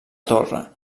torre